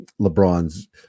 LeBron's